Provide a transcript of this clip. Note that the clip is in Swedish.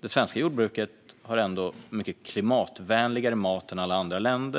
det svenska jordbruket ger mycket klimatvänligare mat än alla andra länder.